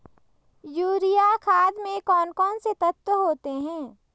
Urea खाद में कौन कौन से तत्व होते हैं?